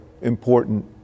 important